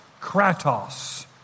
kratos